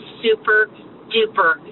super-duper